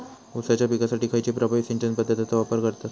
ऊसाच्या पिकासाठी खैयची प्रभावी सिंचन पद्धताचो वापर करतत?